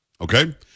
Okay